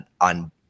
on